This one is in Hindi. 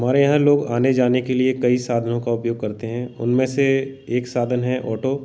हमारे यहाँ लोग आने जाने के लिए कई साधनों का उपयोग करते हैं उनमें से एक साधन है ऑटो